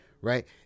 right